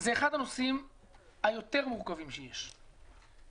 זה אחד הנושאים היותר מורכבים שיש,